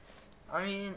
I mean